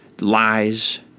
lies